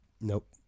Nope